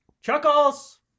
Chuckles